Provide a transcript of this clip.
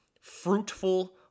fruitful